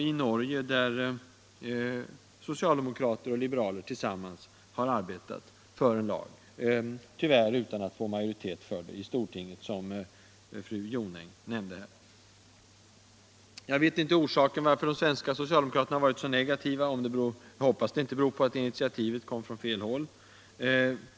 I Norge har socialdemokrater och liberaler tillsammans arbetat för en lag, tyvärr utan att få majoritet för den i stortinget, som fru Jonäng nämnde. Jag vet inte av vilken orsak de svenska socialdemokraterna har varit så negativa. Jag hoppas att det inte beror på att initiativet anses ha kommit från fel håll.